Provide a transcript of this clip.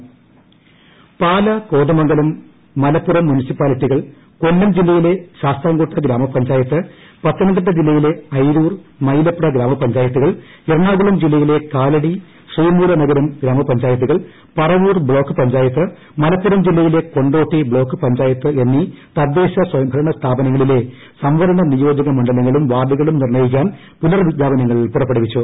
തദ്ദേശം നറുക്കെടുപ്പ് പുനർവിജ്ഞാപനങ്ങൾ പാലാ കോതമംഗലം മലപ്പുറം മുനിസിപ്പാലിറ്റികൾ കൊല്ലം ജില്ലയിലെ ശാസ്താംകോട്ട ഗ്രാമപഞ്ചായത്ത് പത്തനം തിട്ട ജില്ലയിലെ അയിരൂർ മൈലപ്ര ഗ്രാമപഞ്ചായത്തുകൾ എറണാകുളം ജില്ലയിലെ കാലടി ശ്രീമൂല നഗരം ഗ്രാമപഞ്ചായത്തുകൾ പറവൂർ ബ്ലോക്ക് പഞ്ചായത്ത് മലപ്പുറം ജില്ലയിലെ കൊണ്ടോട്ടി ബ്ലോക്ക് പഞ്ചായത്ത് എന്നീ തദ്ദേശ സ്വയംഭരണ സ്ഥാപനങ്ങളിലെ സംവരണ നിയോജക മണ്ഡലങ്ങളും വാർഡുകളും നിർണ്ണയിക്കാൻ പുനർവിജ്ഞാപനങ്ങൾ പുറപ്പെടുവിച്ചു